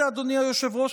אדוני היושב-ראש,